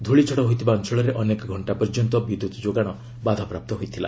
ଧ୍ରଳିଝଡ଼ ହୋଇଥିବା ଅଞ୍ଚଳରେ ଅନେକ ଘଣ୍ଟା ପର୍ଯ୍ୟନ୍ତ ବିଦ୍ୟୁତ୍ ଯୋଗାଣ ବାଧାପ୍ରାପ୍ତ ହୋଇଥିଲା